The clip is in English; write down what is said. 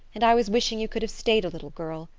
and i was wishing you could have stayed a little girl,